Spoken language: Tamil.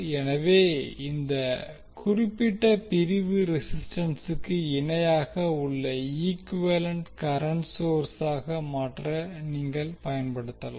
எனவே இந்த குறிப்பிட்ட பிரிவு ரெசிஸ்டன்சுக்கு இணையாக உள்ள ஈக்குவேலன்ட் கரண்ட் சோர்ஸாக மாற்ற நீங்கள் பயன்படுத்தலாம்